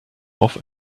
off